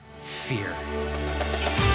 fear